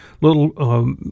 little